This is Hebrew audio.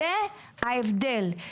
זה ההבדל.